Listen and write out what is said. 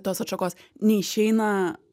tos atšakos neišeina